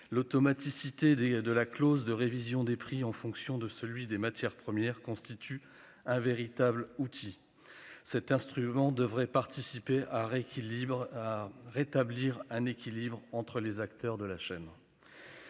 L'automaticité de la clause de révision des prix en fonction de celui des matières premières constitue un véritable outil. Cet instrument devrait participer à réaffirmer un équilibre entre les acteurs de la chaîne.